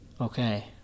okay